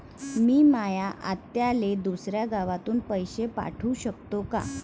मी माया आत्याले दुसऱ्या गावातून पैसे पाठू शकतो का?